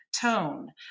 tone